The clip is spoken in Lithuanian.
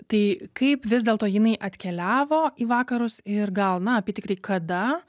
tai kaip vis dėlto jinai atkeliavo į vakarus ir gal na apytikriai kada